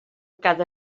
cada